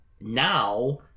now